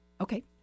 Okay